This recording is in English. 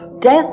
Death